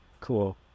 Cool